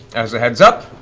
as a heads up,